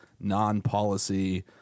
non-policy